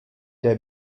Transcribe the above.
der